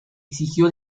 exigió